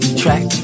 track